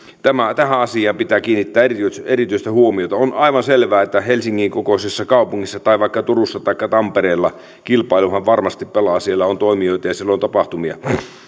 tähän asiaan pitää kiinnittää erityistä erityistä huomiota on aivan selvää että helsingin kokoisessa kaupungissa tai vaikka turussa taikka tampereella kilpailu varmasti pelaa siellä on toimijoita ja siellä on tapahtumia